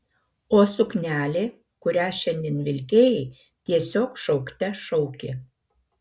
o suknelė kurią šiandien vilkėjai tiesiog šaukte šaukė